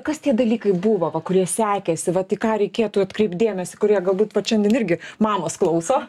kas tie dalykai buvo va kurie sekėsi vat į ką reikėtų atkreipt dėmesį kurie galbūt vat šiandien irgi mamos klauso